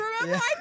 Remember